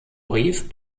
brief